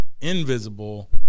Invisible